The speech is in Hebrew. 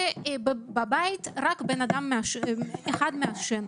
ובבית רק אדם אחד מעשן.